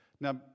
Now